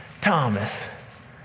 Thomas